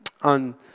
on